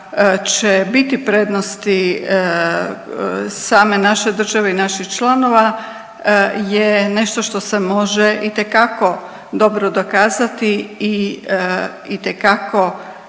će biti prednosti same naše države i naših članova je nešto što se može itekako dobro dokazati i itekako